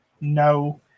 no